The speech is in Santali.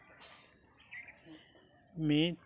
ᱢᱤᱫ